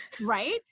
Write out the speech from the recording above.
right